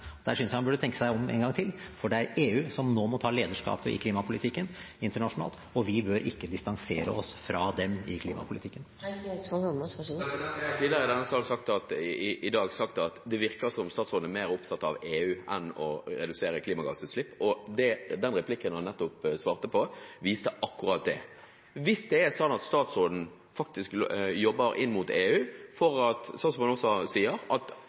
han burde tenke seg om en gang til, for det er EU som nå må ta lederskapet i klimapolitikken internasjonalt, og vi bør ikke distansere oss fra dem i klimapolitikken. Jeg har tidligere i dag i denne salen sagt at det virker som om statsråden er mer opptatt av EU enn av å redusere klimagassutslipp, og det replikksvaret han nettopp ga, viste akkurat det. Hvis statsråden faktisk jobber inn mot EU for at – som han sier – all ILUC, altså indirekte arealbruksendringer, skal regnes med, ville det innebære at